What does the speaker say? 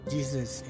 Jesus